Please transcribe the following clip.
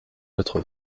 quatre